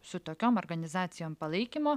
su tokiom organizacijom palaikymo